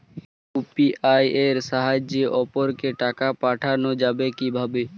UPI এর সাহায্যে অপরকে টাকা পাঠানো যাবে কিভাবে?